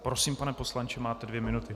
Prosím, pane poslanče, máte dvě minuty.